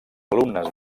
alumnes